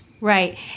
Right